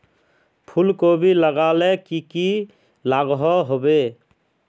फूलकोबी लगाले की की लागोहो होबे?